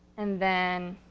and then,